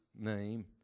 name